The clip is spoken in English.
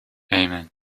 amen